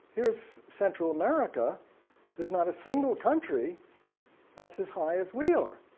here is central america there's not a single country that's as high as we are.